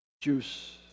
juice